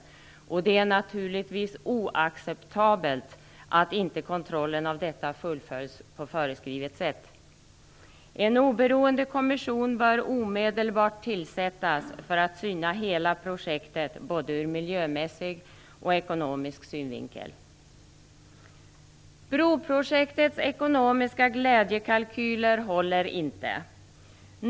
Därför är det naturligtvis oacceptabelt att kontrollen inte fullföljs på föreskrivet sätt. En oberoende kommission bör omedelbart tillsättas för att syna hela projektet ur både miljömässig och ekonomisk synvinkel. Broprojektets ekonomiska glädjekalkyler håller inte.